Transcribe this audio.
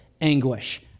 anguish